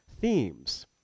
themes